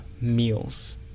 meals